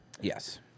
Yes